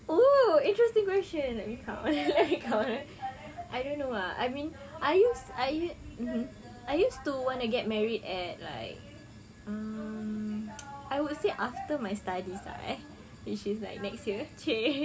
oh interesting question let me count eh let me count eh I don't know ah I mean I used I used mmhmm I used to want to get married at like um I would say after my studies lah eh which is like next year !chey!